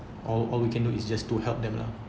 all all we can do is just to help them lah